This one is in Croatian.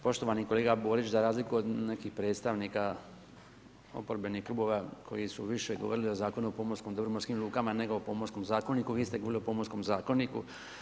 Poštovani kolega Borić, za razliku od nekih predstavnika oporbenih klubova koji su više govorili o Zakonu o pomorskom dobru, morskim lukama, nego o pomorskom zakoniku, vi ste govorili o pomorskom zakoniku.